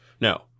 No